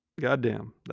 goddamn